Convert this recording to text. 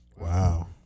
Wow